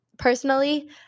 Personally